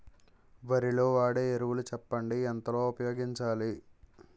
వరిలో వాడే ఎరువులు చెప్పండి? ఎంత లో ఉపయోగించాలీ?